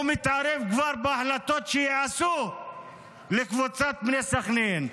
הוא מתערב כבר בהחלטות שייעשו לקבוצת בני סח'נין.